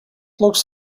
looks